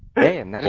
and